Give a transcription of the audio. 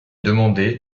demandé